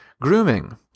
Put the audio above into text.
Grooming